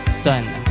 Sun